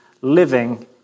living